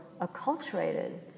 acculturated